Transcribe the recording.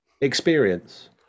experience